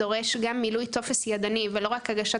דורש גם מילוי טופס ידני ולא רק הגשת